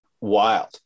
wild